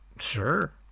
Sure